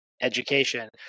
education